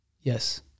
yes